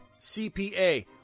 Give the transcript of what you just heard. CPA